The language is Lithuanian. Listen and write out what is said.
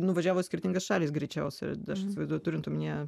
nuvažiavo į skirtingas šalis greičiausiai aš įsivaizduoju turint omenyje